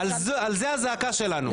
על זה הייתה הזעקה שלנו.